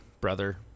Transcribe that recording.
brother